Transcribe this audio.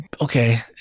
okay